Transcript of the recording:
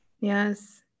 Yes